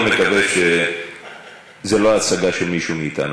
אני מאוד מקווה שזו לא הצגה של מישהו מאתנו.